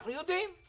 אנחנו יודעים.